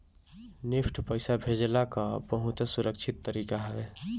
NEFT पईसा भेजला कअ बहुते सुरक्षित तरीका हवे